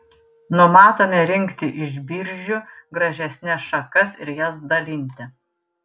numatome rinkti iš biržių gražesnes šakas ir jas dalinti